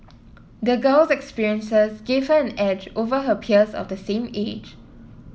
the girl's experiences gave her an edge over her peers of the same age